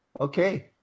Okay